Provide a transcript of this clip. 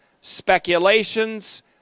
speculations